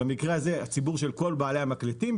במקרה הזה, הציבור של כל בעלי המקלטים.